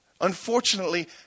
Unfortunately